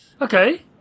Okay